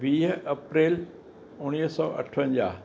वीह अप्रेल उणिवीह सौ अठवंजाहु